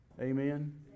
Amen